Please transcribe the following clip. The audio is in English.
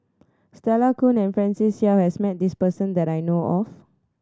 Stella Kon and Francis Seow has met this person that I know of